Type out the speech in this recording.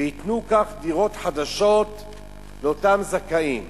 וייתנו כך דירות חדשות לאותם זכאים.